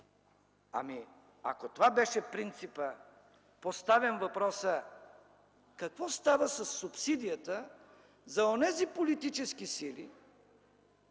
Ако това беше принципът, поставям въпроса: какво става със субсидията на онези политически сили,